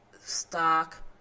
stock